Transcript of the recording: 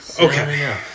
Okay